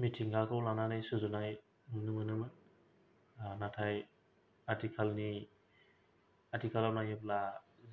मिथिंगाखौ लानानै सुजुनाय नुनो मोननोमोन नाथाय आथिखालनि आथिखालाव नायोब्ला